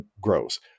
grows